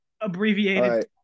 abbreviated